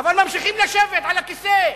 אבל ממשיכים לשבת על הכיסא.